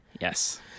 Yes